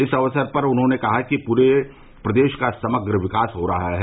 इस अवसर पर उन्होंने कहा कि पूरे प्रदेश का समग्र विकास हो रहा है